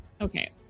Okay